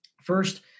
First